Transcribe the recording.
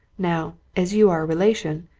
now, as you are a relation,